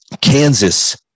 Kansas